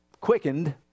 quickened